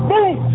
Boom